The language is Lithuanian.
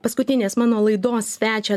paskutinės mano laidos svečią